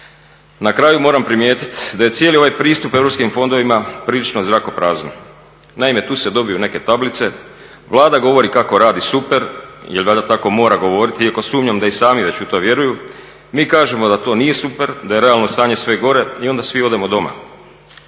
Na kraju moram primijetiti da je cijeli ovaj pristup europskim fondovima prilično zrakoprazan. Naime, tu se dobiju neke tablice, Vlada govori kako radi super, jel valjda tako mora govoriti iako sumnjam da i sami već u to vjeruju, mi kažemo da to nije super, da je realno stanje sve gore i onda svi odemo doma.